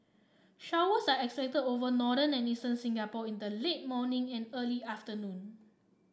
showers are expected over northern and eastern Singapore in the late morning and early afternoon